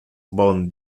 bon